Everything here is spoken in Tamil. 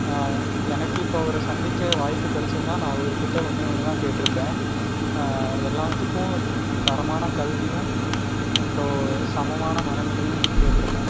எனக்கு இப்போ அவரை சந்திக்க வாய்ப்பு கிடச்சிருந்தா நான் அவர்கிட்ட ஒன்றே ஒன்று தான் கேட்டிருப்பேன் எல்லாத்துக்கும் தரமான கல்வியும் அப்புறோம் சமமான மனநிலையும் கேட்டிருப்பேன்